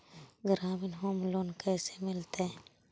ग्रामीण home loan कैसे मिलतै?